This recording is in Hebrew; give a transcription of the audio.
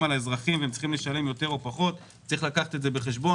על האזרחים והם צריכים לשלם יותר או פחות צריך לקחת את זה בחשבון,